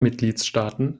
mitgliedstaaten